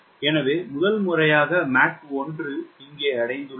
எனவே முதல் முறையாக மாக் 1 இங்கே அடைந்துள்ளது